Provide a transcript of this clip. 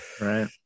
Right